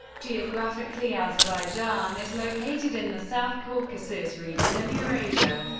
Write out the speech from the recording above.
geographically azerbaijan is located in the south caucasus region of eurasia,